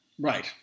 Right